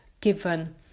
given